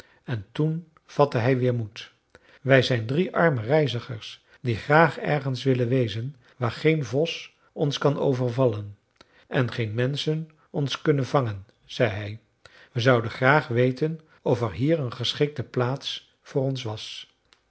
en toen vatte hij weer moed wij zijn drie arme reizigers die graag ergens wilden wezen waar geen vos ons kan overvallen en geen menschen ons kunnen vangen zei hij we zouden graag weten of er hier een geschikte plaats voor ons was